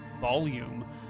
volume